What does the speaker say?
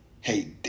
hey